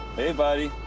hey, buddy.